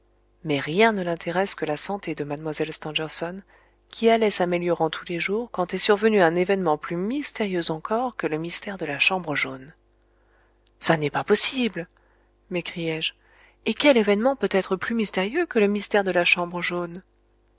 mais rien ne l'intéresse que la santé de mlle stangerson qui allait s'améliorant tous les jours quand est survenu un événement plus mystérieux encore que le mystère de la chambre jaune ça n'est pas possible m'écriai-je et quel événement peut être plus mystérieux que le mystère de la chambre jaune